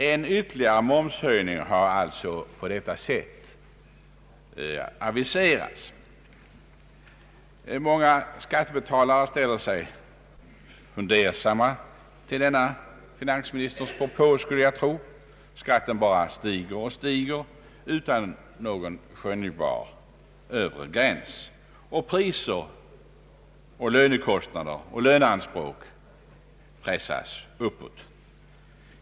En ytterligare momshöjning har alltså på detta sätt aviserats. Många skattebetalare ställer sig fundersamma, skulle jag tro, till denna finansministerns propå. Skatten bara stiger och stiger utan någon skönjbar övre gräns, och priser, lönekostnader och löneanspråk pressas uppåt.